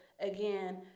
again